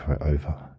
over